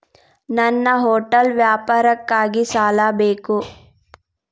ನನ್ನ ಹೋಟೆಲ್ ವ್ಯಾಪಾರಕ್ಕಾಗಿ ಸಾಲ ಬೇಕು